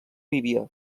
líbia